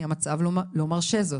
המצב לא מרשה זאת.